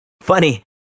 Funny